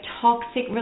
toxic